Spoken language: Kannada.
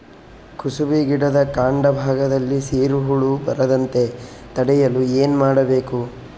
ಕುಸುಬಿ ಗಿಡದ ಕಾಂಡ ಭಾಗದಲ್ಲಿ ಸೀರು ಹುಳು ಬರದಂತೆ ತಡೆಯಲು ಏನ್ ಮಾಡಬೇಕು?